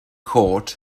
court